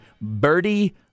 Birdie